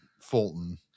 Fulton